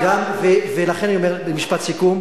ולכן, אני אומר במשפט סיכום: